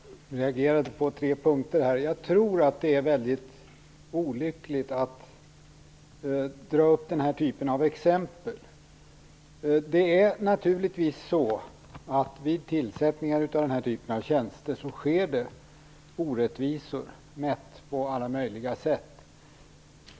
Fru talman! Jag reagerade på tre punkter. Jag tror att det är väldigt olyckligt att ta upp den här typen av exempel. Det är naturligtvis så, att det vid tillsättningar av den här typen av tjänster sker orättvisor, mätt på alla möjliga sätt.